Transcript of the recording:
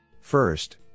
First